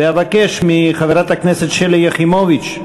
אבקש מחברת הכנסת שלי יחימוביץ,